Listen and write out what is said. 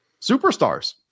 superstars